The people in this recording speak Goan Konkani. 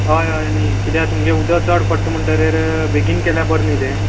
हय हय न्ही किद्याक तुमगेले उदक चड पडटा म्हणटगीर बेगीन केल्यार बरें न्ही तें